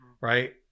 right